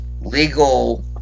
legal